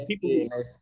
people